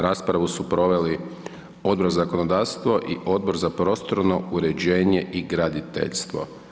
Raspravu su proveli Odbor za zakonodavstvo i Odbor za prostorno uređenje i graditeljstvo.